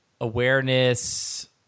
awareness